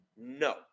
No